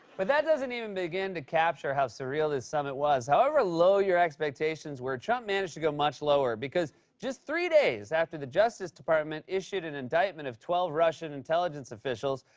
but that doesn't even begin to capture how surreal this summit was. however low your expectations were, trump managed to go much lower. because just three days after the justice department issued an indictment of twelve russian intelligence officials,